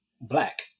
Black